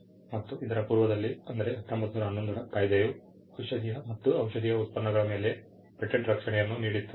ಮತ್ತು ಇದರ ಪೂರ್ವದಲ್ಲಿ ಅಂದರೆ 1911 ರ ಕಾಯಿದೆಯು ಔಷಧೀಯ ಮತ್ತು ಔಷಧೀಯ ಉತ್ಪನ್ನಗಳ ಮೇಲೆ ಪೇಟೆಂಟ್ ರಕ್ಷಣೆಯನ್ನು ನೀಡಿತು